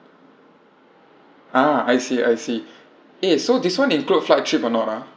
ah I see I see eh so this one include flight trip or not ah